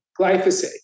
glyphosate